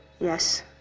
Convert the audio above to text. yes